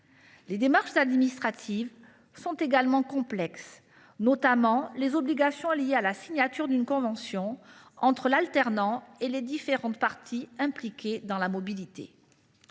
Les démarches administratives sont complexes ; je pense notamment aux obligations liées à la signature d’une convention entre l’alternant et les différentes parties impliquées dans la mobilité.